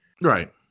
Right